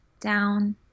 down